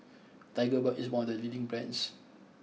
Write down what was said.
Tigerbalm is one of the leading brands